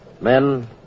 Men